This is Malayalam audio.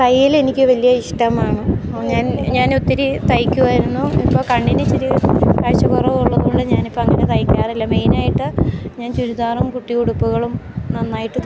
തയ്യൽ എനിക്ക് വലിയ ഇഷ്ടമാണ് ഞാൻ ഞാൻ ഒത്തിരി തയ്ക്കുമായിരുന്നു ഇപ്പം കണ്ണിന് ഇച്ചിരി കാഴ്ച്ച കുറവ് ഉള്ളത് കൊണ്ട് ഞാൻ ഇപ്പം അങ്ങനെ തയ്ക്കാറില്ല മെയ്നായിട്ട് ഞാൻ ചുരിദാറും കുട്ടി ഉടുപ്പുകളും നന്നായിട്ട് തയ്ക്കും